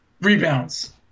rebounds